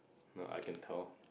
no I can tell